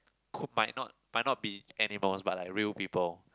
could might not might not be animals but like real people